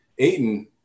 Aiden